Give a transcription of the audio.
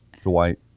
Dwight